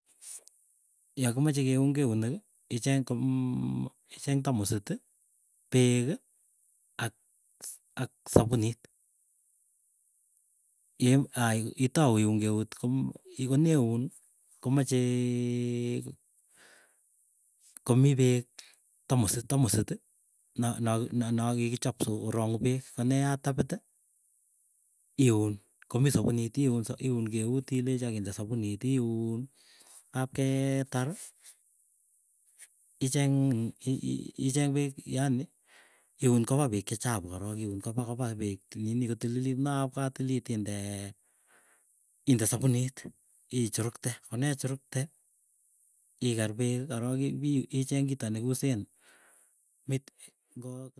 Yakimache keun keuneki, icheng kommm icheng tamusiti, peek, ak sapunit. Yen ai itou iun keut koneun komachee komii peek tamusit tamusiti naki, nakikichop sikorang'u peek. Koneyat tapiti iun komii sapunit iun sa iun keut ilechi akinde sapuniti, iun kapketar icheng, ii icheng peek. Yani iun kopa peek chechapu korook iun kopa kopa, peek nini kotililit mapkatililit indee inde sapunit ichurukte konechurukte. Iker peek korok icheng kito nekiusen mite ngoo kitambaet nae.